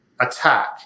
attack